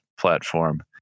platform